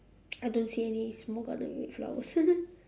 I don't see any small garden red flowers